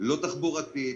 - לא תחבורתית,